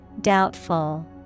Doubtful